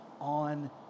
on